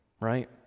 right